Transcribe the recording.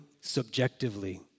subjectively